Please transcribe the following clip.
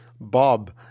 Bob